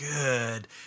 good